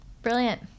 Brilliant